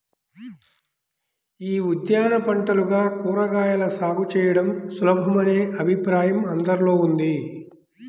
యీ ఉద్యాన పంటలుగా కూరగాయల సాగు చేయడం సులభమనే అభిప్రాయం అందరిలో ఉంది